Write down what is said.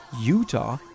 Utah